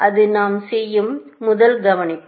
அது நாம் செய்யும் முதல் கவனிப்பு